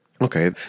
Okay